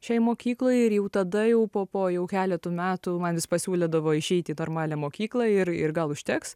šiai mokyklai ir jau tada jau po po jau keletų metų man vis pasiūlydavo išeiti į normalią mokyklą ir ir gal užteks